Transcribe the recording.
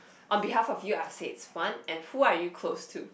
on behalf of you I say its one and who are you close to